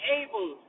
able